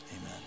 amen